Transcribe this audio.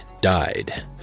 died